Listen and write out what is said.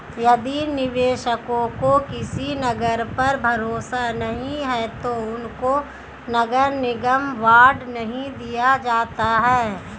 यदि निवेशकों को किसी नगर पर भरोसा नहीं है तो उनको नगर निगम बॉन्ड नहीं दिया जाता है